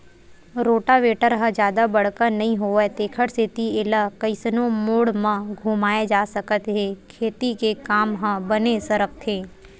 rotavator ह जादा बड़का नइ होवय तेखर सेती एला कइसनो मोड़ म घुमाए जा सकत हे खेती के काम ह बने सरकथे